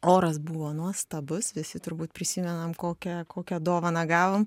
oras buvo nuostabus visi turbūt prisimenam kokią kokią dovaną gavom